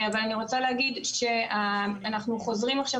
אבל אני רוצה להגיד שאנחנו חוזרים עכשיו